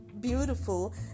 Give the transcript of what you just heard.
beautiful